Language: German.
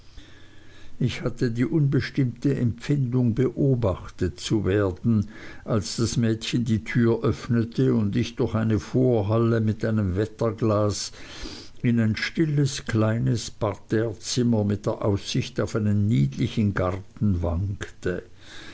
ich hatte die unbestimmte empfindung beobachtet zu werden als das mädchen die tür öffnete und ich durch eine vorhalle mit einem wetterglas in ein stilles kleines parterrezimmer mit der aussicht auf einen niedlichen garten wankte